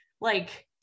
like-